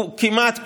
כמעט כולם,